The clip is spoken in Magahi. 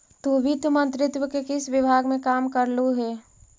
तु वित्त मंत्रित्व के किस विभाग में काम करलु हे?